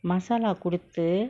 masala குடுத்து:kuduthu